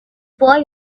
boy